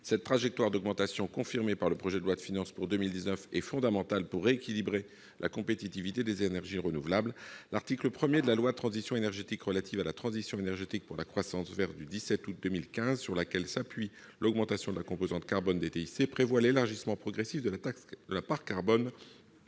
Cette trajectoire d'augmentation, confirmée par le projet de loi de finances pour 2019, est fondamentale pour rééquilibrer la compétitivité des énergies renouvelables. L'article 1 de la loi du 17 août 2015 de transition énergétique, sur laquelle s'appuie l'augmentation de la composante carbone des TIC, prévoit l' « élargissement progressif de la part carbone,